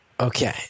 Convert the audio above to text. Okay